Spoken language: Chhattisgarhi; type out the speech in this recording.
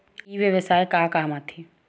ई व्यवसाय का काम आथे?